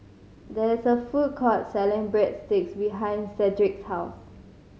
there is a food court selling Breadsticks behind Sedrick's house